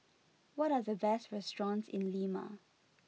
what are the best restaurants in Lima